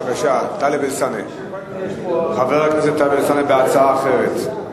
בבקשה, חבר הכנסת טלב אלסאנע בהצעה אחרת.